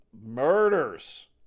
murders